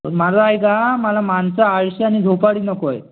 माझं ऐका मला माणसं आळशी आणि झोपाळू नको आहेत